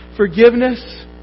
Forgiveness